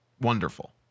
wonderful